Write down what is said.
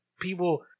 people